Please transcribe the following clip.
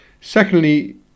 Secondly